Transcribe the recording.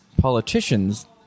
politicians